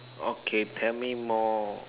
okay tell me more